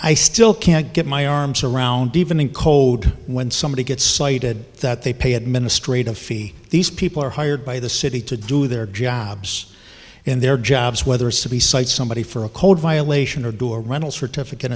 i still can't get my arms around even in code when somebody gets cited that they pay administrative fee these people are hired by the city to do their jobs in their jobs whether it's to be site somebody for a code violation or do a rental certificate